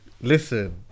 listen